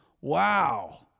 Wow